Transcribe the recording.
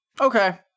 okay